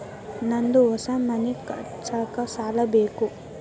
ನಂದು ಹೊಸ ಮನಿ ಕಟ್ಸಾಕ್ ಸಾಲ ಬೇಕು